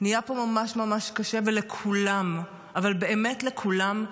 נהיה פה ממש ממש קשה, ולכולם, אבל באמת לכולם,